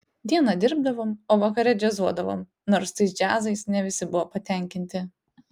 dieną dirbdavom o vakare džiazuodavom nors tais džiazais ne visi buvo patenkinti